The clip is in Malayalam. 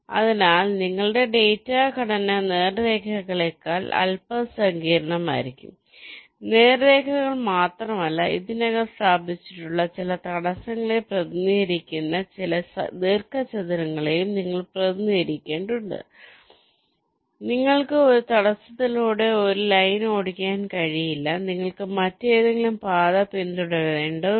അതിനാൽ നിങ്ങളുടെ ഡാറ്റാ ഘടന നേർരേഖകളേക്കാൾ അൽപ്പം സങ്കീർണ്ണമായിരിക്കും നേർരേഖകൾ മാത്രമല്ല ഇതിനകം സ്ഥാപിച്ചിട്ടുള്ള ചില തടസ്സങ്ങളെ പ്രതിനിധീകരിക്കുന്ന ചില ദീർഘചതുരങ്ങളെയും നിങ്ങൾ പ്രതിനിധീകരിക്കേണ്ടതുണ്ട് നിങ്ങൾക്ക് ഒരു തടസ്സത്തിലൂടെ ഒരു ലൈൻ ഓടിക്കാൻ കഴിയില്ല നിങ്ങൾ മറ്റേതെങ്കിലും പാത പിന്തുടരേണ്ടതുണ്ട്